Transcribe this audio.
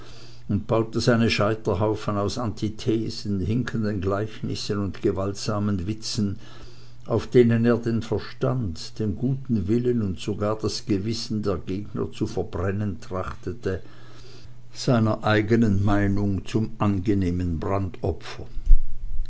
und baute seine scheiterhaufen aus antithesen hinkenden gleichnissen und gewaltsamen witzen auf denen er den verstand den guten willen und sogar das gewissen der gegner zu verbrennen trachtete seiner eigenen meinung zum angenehmen